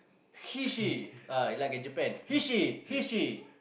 he she ah like a Japan he she he she